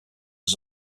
was